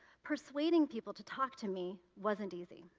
persuading people to talk to me wasn't easy.